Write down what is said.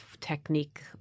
technique